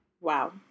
Wow